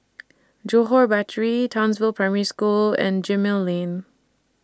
Johore Battery Townsville Primary School and Gemmill Lane